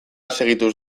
segituz